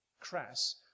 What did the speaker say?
crass